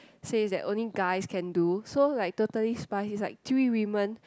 says that only guys can do so that Totally Spies it's like three women